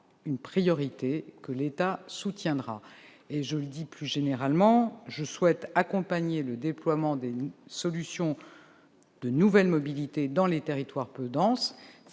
une priorité, que l'État soutiendra. Plus généralement, je souhaite accompagner le déploiement des solutions de nouvelle mobilité dans les territoires peu denses